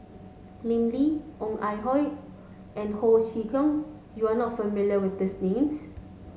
Lim Lee Ong Ah Hoi and Ho Chee Kong you are not familiar with this names